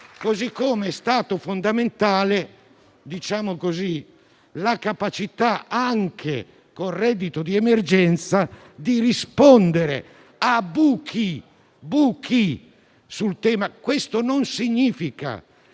modo, è stata fondamentale la capacità, anche con il reddito di emergenza, di rispondere ai buchi esistenti. Questo non significa